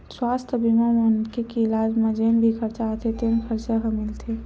सुवास्थ बीमा म मनखे के इलाज म जेन भी खरचा आथे तेन खरचा ह मिलथे